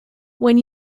when